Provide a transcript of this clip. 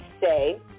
say